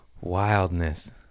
Wildness